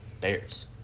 Bears